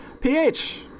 Ph